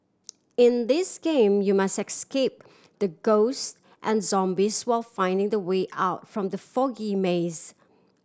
in this game you must escape the ghost and zombies while finding the way out from the foggy maze